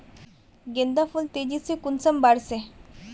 गेंदा फुल तेजी से कुंसम बार से?